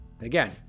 Again